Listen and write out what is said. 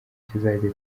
kizajya